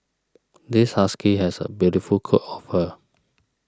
this husky has a beautiful coat of fur